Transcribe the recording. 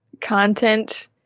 content